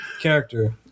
character